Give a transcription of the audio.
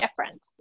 different